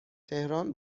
تهران